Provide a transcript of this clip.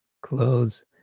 clothes